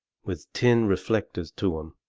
with tin reflectors to em,